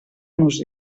nos